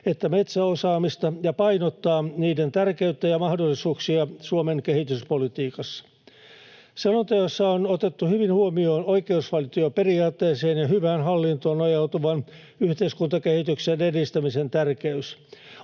että metsäosaamista ja painottaa niiden tärkeyttä ja mahdollisuuksia Suomen kehityspolitiikassa. Selonteossa on otettu hyvin huomioon oikeusvaltioperiaatteeseen ja hyvään hallintoon nojautuvan yhteiskuntakehityksen edistämisen tärkeys.